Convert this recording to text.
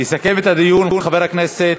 יסכם את הדיון חבר הכנסת